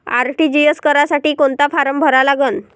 RTGS करासाठी कोंता form भरा लागन?